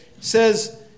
says